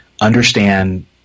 understand